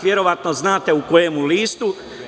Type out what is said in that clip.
Verovatno znate u kom listu.